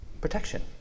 protection